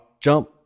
jump